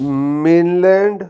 mainland